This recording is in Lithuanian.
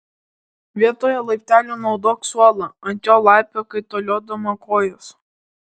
vietoje laiptelių naudok suolą ant jo laipiok kaitaliodama kojas